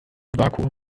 vakuum